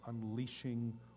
unleashing